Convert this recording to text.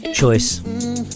choice